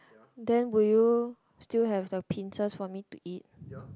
then will you still have the pinces for me to eat